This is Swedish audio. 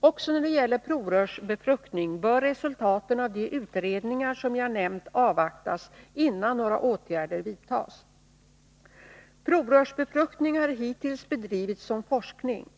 Också när det gäller provrörsbefruktning bör resultaten av de utredningar som jag har nämnt avvaktas, innan några åtgärder vidtas. Provrörsbefruktning har hittills bedrivits som forskning.